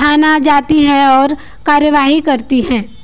थाना जाती है और कार्यवाही करती है